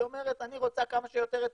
היא אומרת: אני רוצה כמה שיותר אצלי.